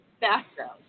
background